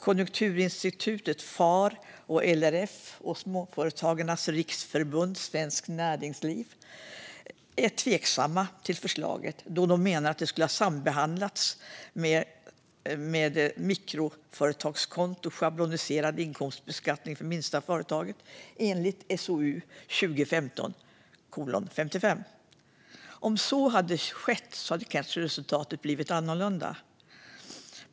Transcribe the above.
Konjunkturinstitutet, FAR, LRF, Småföretagarnas Riksförbund och Svenskt Näringsliv är tveksamma till förslaget då de anser att det skulle ha sambehandlats med betänkandet Mikroföretagskonto - schabloniserad inkomstbeskattning för de minsta företagen , SOU 2021:55. Om så hade skett hade kanske resultatet blivit annorlunda.